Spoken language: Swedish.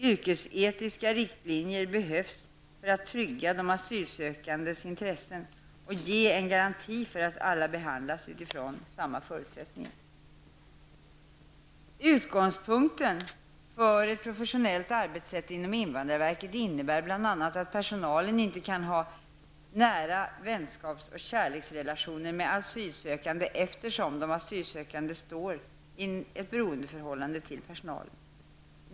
Yrkesetiska riktlinjer behövs för att trygga de asylsökandes intressen och ge en garanti för att alla behandlas utifrån samma förutsättningar. Utgångspunkten för ett professionellt arbetssätt inom invandrarverket innebär bl.a. att personalen inte kan ha nära vänskaps och kärleksrelationer med asylsökande, eftersom de asylsökande står i ett beroendeförhållande till personalen.